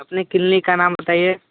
अपने क्लिनिक का नाम बताइए